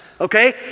Okay